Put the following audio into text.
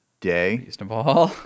day